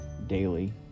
daily